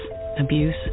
abuse